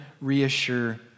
reassure